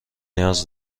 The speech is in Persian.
نیاز